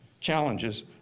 challenges